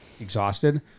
exhausted